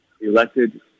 elected